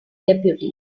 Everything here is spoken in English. deputies